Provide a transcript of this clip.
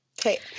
Okay